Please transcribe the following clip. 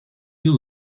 you